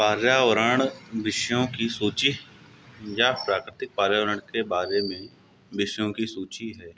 पर्यावरण विषयों की सूची यह प्राकृतिक पर्यावरण के बारे में विषयों की सूची है